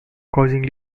causing